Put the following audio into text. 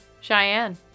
Cheyenne